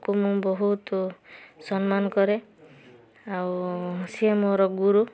ଙ୍କୁ ମୁଁ ବହୁତ ସମ୍ମାନ କରେ ଆଉ ସିଏ ମୋର ଗୁରୁ